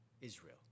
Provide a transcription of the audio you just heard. israel